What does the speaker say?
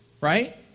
Right